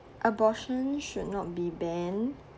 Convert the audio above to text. abortion should not be banned